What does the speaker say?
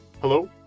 hello